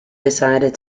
decided